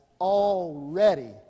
already